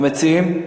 המציעים?